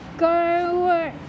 Go